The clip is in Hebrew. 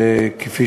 כפי